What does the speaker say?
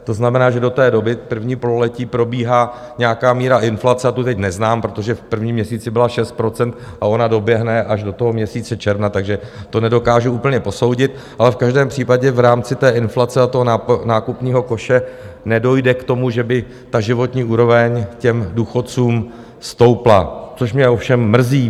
To znamená, že do té doby první pololetí probíhá nějaká míra inflace, a tu teď neznám, protože v prvním měsíci byla 6 % a ona doběhne až do toho měsíce června, takže to nedokážu úplně posoudit, ale v každém případě v rámci té inflace a toho nákupního koše nedojde k tomu, že by ta životní úroveň těm důchodcům stoupla, což mě ovšem mrzí.